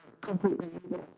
completely